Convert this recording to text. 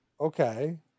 okay